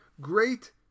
great